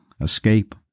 Escape